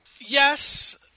yes